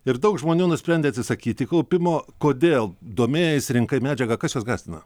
ir daug žmonių nusprendė atsisakyti kaupimo kodėl domėjaisi rinkai medžiagą kas juos gąsdina